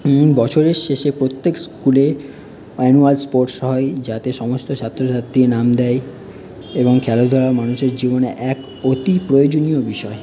বছরের শেষে প্রত্যেক স্কুলে অ্যানোয়াল স্পোর্টস হয় যাতে সমস্ত ছাত্রছাত্রী নাম দেয় এবং খেলাধুলা মানুষের জীবনে এক অতি প্রয়োজনীয় বিষয়